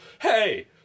hey